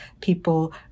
people